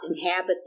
inhabit